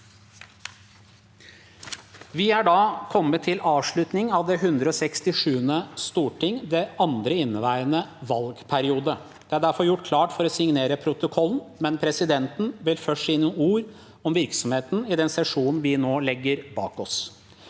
Vi er da kommet til avslut- ningen av det 167. storting – det andre i inneværende valgperiode. Det er derfor gjort klart for å signere protokollen, men presidenten vil først si noen ord om virksomheten i den sesjonen vi nå legger bak oss.